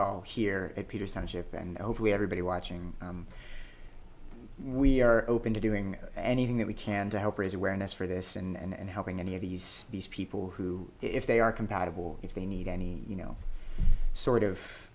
all here at peterson ship and hopefully everybody watching we are open to doing anything that we can to help raise awareness for this and helping any of these these people who if they are compatible if they need any you know sort of